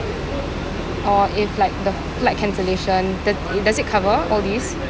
or if like the flight cancellation do~ does it cover all these